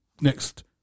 next